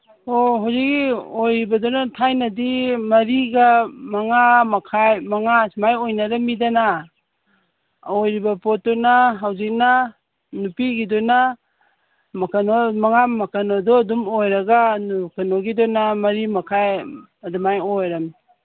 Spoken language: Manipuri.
ꯑꯣ ꯍꯧꯖꯤꯛ ꯑꯣꯏꯕꯗꯅ ꯊꯥꯏꯅꯗꯤ ꯃꯔꯤꯒ ꯃꯉꯥ ꯃꯈꯥꯏ ꯃꯉꯥ ꯁꯨꯃꯥꯏꯅ ꯑꯣꯏꯅꯔꯝꯃꯤꯗꯅ ꯑꯣꯏꯔꯤꯕ ꯄꯣꯠꯇꯨꯅ ꯍꯧꯖꯤꯛꯅ ꯅꯨꯄꯤꯒꯤꯗꯨꯅ ꯀꯩꯅꯣ ꯃꯉꯥ ꯀꯩꯅꯣꯗꯣ ꯑꯗꯨꯝ ꯑꯣꯏꯔꯒ ꯀꯩꯅꯣꯒꯤꯗꯨꯅ ꯃꯔꯤ ꯃꯈꯥꯏ ꯑꯗꯨꯃꯥꯏꯅ ꯑꯣꯏꯔꯝꯅꯤ